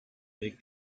big